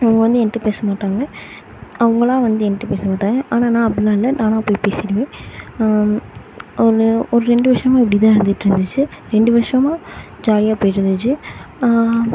அவங்க வந்து என்கிட்ட பேச மாட்டாங்க அவங்களா வந்து என்கிட்ட பேசமாட்டாங்க ஆனால் நான் அப்படிலாம் இல்லை நானாக போய் பேசிவிடுவேன் ஒரு ஒரு ரெண்டு வருஷமாக இப்படிதான் இருந்துட்யிருந்துச்சி ரெண்டு வருஷமாக ஜாலியாக போயிட்யிருந்துச்சி